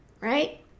right